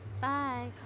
Bye